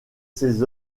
ses